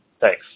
Thanks